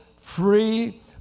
free